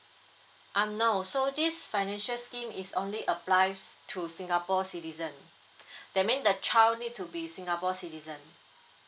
um no so this financial scheme is only apply to singapore citizen that mean the child need to be singapore citizen